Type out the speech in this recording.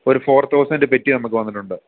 ഒരു four thousand petty നമുക്ക് വന്നിട്ടുണ്ട്